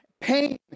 pain